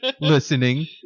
listening